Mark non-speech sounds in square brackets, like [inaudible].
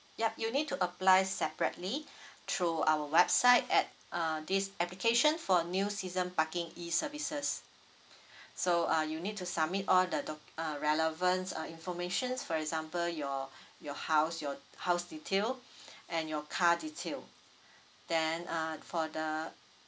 yup you need to apply separately through our website at uh this application for new season parking e services so uh you need to submit all the doc~ uh relevant uh informations for example your your house your house detail [breath] and your car detail then uh for the